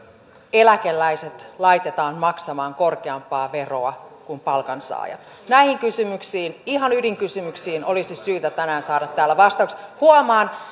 eläkeläiset laitetaan maksamaan korkeampaa veroa kuin palkansaajat näihin kysymyksiin ihan ydinkysymyksiin olisi syytä tänään saada täällä vastaukset huomaan